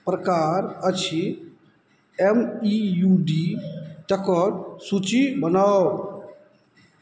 प्रकार अछि M E U D तकर सूची बनाउ